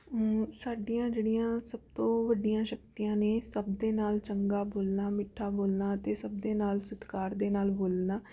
ਸਾਡੀਆਂ ਜਿਹੜੀਆਂ ਸਭ ਤੋਂ ਵੱਡੀਆਂ ਸ਼ਕਤੀਆਂ ਨੇ ਸਭ ਦੇ ਨਾਲ ਚੰਗਾ ਬੋਲਣਾ ਮਿੱਠਾ ਬੋਲਣਾ ਅਤੇ ਸਭ ਦੇ ਨਾਲ ਸਤਿਕਾਰ ਦੇ ਨਾਲ ਬੋਲਣਾ